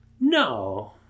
No